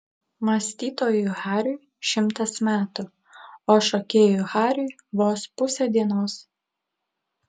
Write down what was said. mąstytojui hariui šimtas metų o šokėjui hariui vos pusė dienos